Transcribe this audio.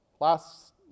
last